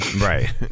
Right